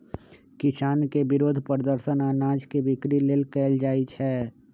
किसान के विरोध प्रदर्शन अनाज के बिक्री लेल कएल जाइ छै